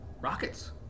rockets